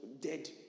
dead